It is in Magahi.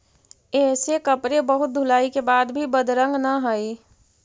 ऐसे कपड़े बहुत धुलाई के बाद भी बदरंग न हई